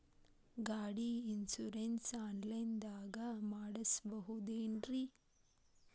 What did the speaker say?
ಗಾಡಿ insurance online ದಾಗ ಮಾಡಸ್ಬಹುದೆನ್ರಿ?